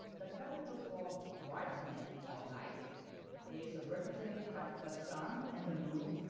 the character for brightness or light is represented by the sun and the moon